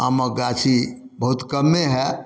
आमके गाछी बहुत कम्मे हइ